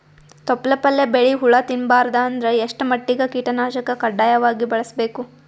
ತೊಪ್ಲ ಪಲ್ಯ ಬೆಳಿ ಹುಳ ತಿಂಬಾರದ ಅಂದ್ರ ಎಷ್ಟ ಮಟ್ಟಿಗ ಕೀಟನಾಶಕ ಕಡ್ಡಾಯವಾಗಿ ಬಳಸಬೇಕು?